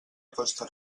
costa